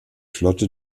flotte